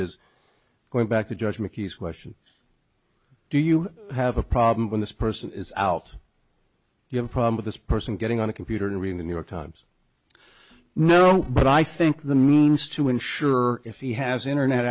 is going back to judge mckee's question do you have a problem when this person is out you have a problem with this person getting on a computer and reading the new york times no but i think the means to ensure if he has internet